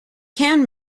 can